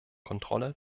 kontrolle